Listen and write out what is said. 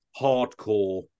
hardcore